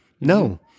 no